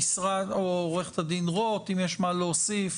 או אם לעורכת הדין רוט יש מה להוסיף.